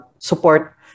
Support